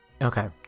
Okay